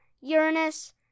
Uranus